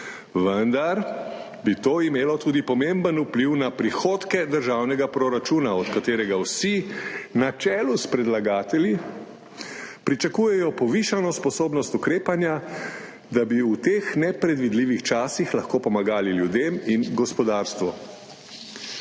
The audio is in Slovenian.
vendar bi to imelo tudi pomemben vpliv na prihodke državnega proračuna, od katerega vsi na čelu s predlagatelji pričakujejo povišano sposobnost ukrepanja, da bi v teh nepredvidljivih časih lahko pomagali ljudem in gospodarstvu.